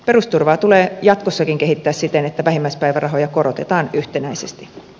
perusturvaa tulee jatkossakin kehittää siten että vähimmäispäivärahoja korotetaan yhtenäisesti